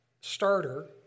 starter